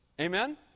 Amen